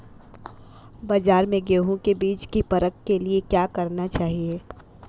बाज़ार में गेहूँ के बीज की परख के लिए क्या करना चाहिए?